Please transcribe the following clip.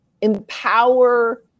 empower